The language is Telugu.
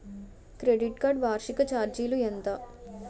క్రెడిట్ కార్డ్ వార్షిక ఛార్జీలు ఎంత?